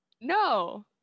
No